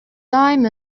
times